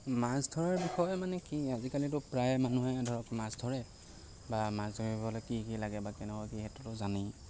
মাছ ধৰাৰ বিষয়ে মানে কি আজিকালিটো প্ৰায় মানুহে ধৰক মাছ ধৰে বা মাছ ধৰিবলৈ কি কি লাগে বা কেনেকুৱা কি সেইটোটো জানেই